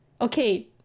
Okay